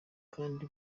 kandi